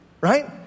right